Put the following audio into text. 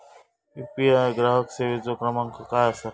UPI ग्राहक सेवेचो क्रमांक काय असा?